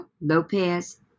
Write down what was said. lopez